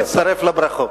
אני מצטרף לברכות.